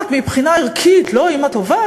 את מבחינה ערכית לא אימא טובה,